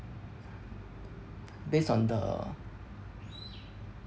based on the